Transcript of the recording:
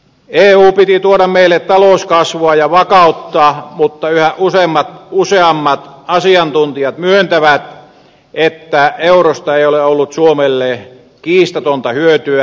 eun piti tuoda meille talouskasvua ja vakautta mutta yhä useammat asiantuntijat myöntävät että eurosta ei ole ollut suomelle kiistatonta hyötyä päinvastoin